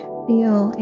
feel